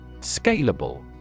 Scalable